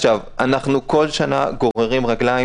אנחנו כל שנה גוררים רגליים,